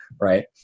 Right